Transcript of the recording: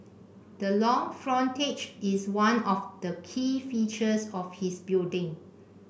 the long frontage is one of the key features of this building